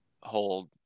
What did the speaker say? hold